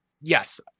yes